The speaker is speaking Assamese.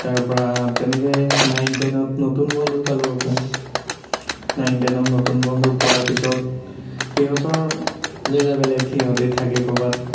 তাৰ পৰা তেনেকৈ নাইন টেনত নতুন বন্ধু পালোঁ আকৌ নাইন টেনত নতুন বন্ধু পোৱাৰ পিছত সিহঁতৰ জেগা বেলেগ সিহঁতে থাকে ক'ৰবাত